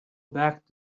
back